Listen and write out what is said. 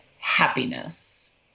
happiness